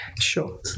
sure